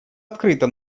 открыто